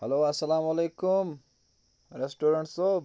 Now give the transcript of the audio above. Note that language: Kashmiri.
ہیٚلو اَلسَلامُ علیکُم ریٚسٹورنٛٹ صٲب